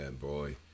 boy